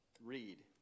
read